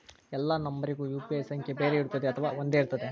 ಎಲ್ಲಾ ನಂಬರಿಗೂ ಯು.ಪಿ.ಐ ಸಂಖ್ಯೆ ಬೇರೆ ಇರುತ್ತದೆ ಅಥವಾ ಒಂದೇ ಇರುತ್ತದೆ?